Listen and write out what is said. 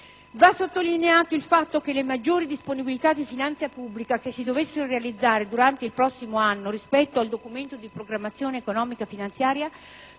Va sottolineato il fatto che le maggiori disponibilità di finanza pubblica che si dovessero realizzare durante il prossimo anno rispetto al Documento di programmazione economico-finanziaria